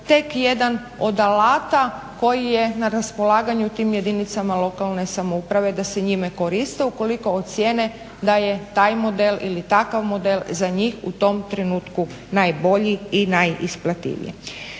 tek jedan od alata koji je na raspolaganju tim jedinicama lokalne samouprave da se njime koriste ukoliko ocijene da je taj model ili takav model za njih u tom trenutku najbolji i najisplativije.